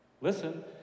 listen